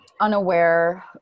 unaware